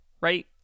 right